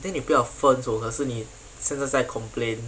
then 你不要分手可是你现在在 complain